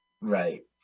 Right